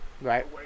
Right